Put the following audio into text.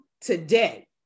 today